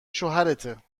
شوهرته